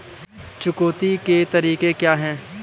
चुकौती के तरीके क्या हैं?